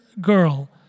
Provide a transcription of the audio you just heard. girl